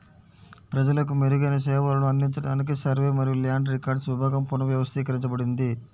ప్రజలకు మెరుగైన సేవలను అందించడానికి సర్వే మరియు ల్యాండ్ రికార్డ్స్ విభాగం పునర్వ్యవస్థీకరించబడింది